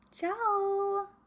Ciao